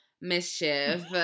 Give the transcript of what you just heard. mischief